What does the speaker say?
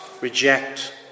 reject